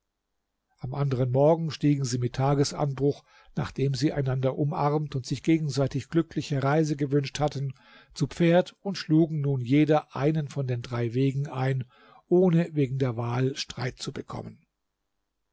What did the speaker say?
am anderen morgen stiegen sie mit tagesanbruch nachdem sie einander umarmt und sich gegenseitig glückliche reise gewünscht hatten zu pferd und schlugen nun jeder einen von den drei wegen ein ohne wegen der wahl streit zu bekommen